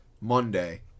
Monday